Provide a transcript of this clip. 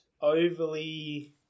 overly